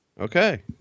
Okay